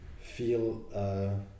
feel